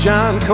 John